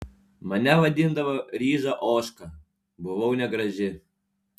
mane vadindavo ryža ožka buvau negraži